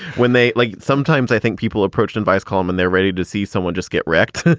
when they like. sometimes i think people approach advice column and they're ready to see someone just get wrecked.